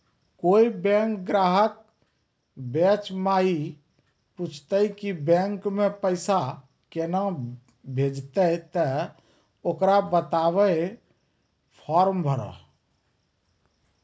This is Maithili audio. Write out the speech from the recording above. कोय बैंक ग्राहक बेंच माई पुछते की बैंक मे पेसा केना भेजेते ते ओकरा बताइबै फॉर्म भरो